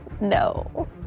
no